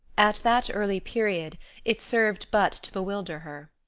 at that early period it served but to bewilder her.